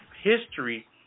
history